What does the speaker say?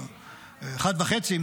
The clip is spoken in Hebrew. או אחד וחצי,